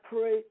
pray